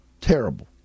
Terrible